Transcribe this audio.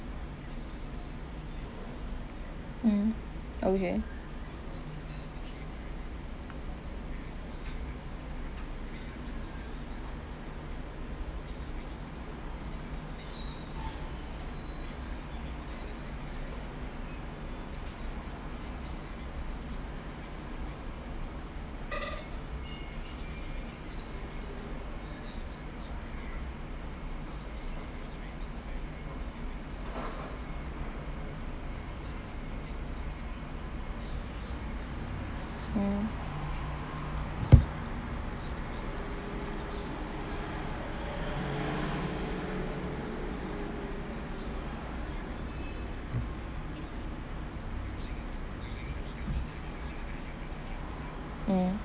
mm okay mm mm